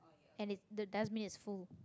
and it the dustbin is full